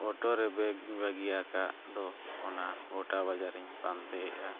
ᱨᱮ ᱵᱟᱹᱜᱤᱭ ᱟᱠᱟᱫ ᱫᱚ ᱚᱱᱟ ᱜᱚᱴᱟ ᱵᱟᱡᱟᱨᱤᱧ ᱯᱟᱱᱛᱮᱭᱫᱼᱟ